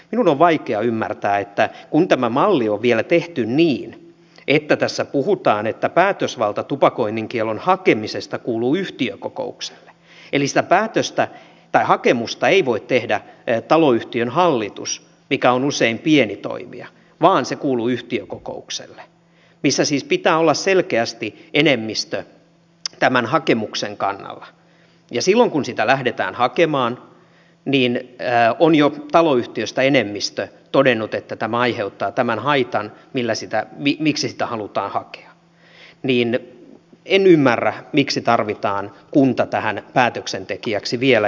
minun on vaikea ymmärtää että kun tämä malli on vielä tehty niin että tässä puhutaan että päätösvalta tupakoinnin kiellon hakemisesta kuuluu yhtiökokoukselle eli sitä hakemusta ei voi tehdä taloyhtiön hallitus mikä on usein pieni toimija vaan se kuuluu yhtiökokoukselle missä siis pitää olla selkeästi enemmistö tämän hakemuksen kannalla ja silloin kun sitä lähdetään hakemaan on jo taloyhtiöstä enemmistö todennut että tämä aiheuttaa tämän haitan miksi sitä halutaan hakea niin miksi tarvitaan kunta tähän päätöksentekijäksi vielä